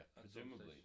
presumably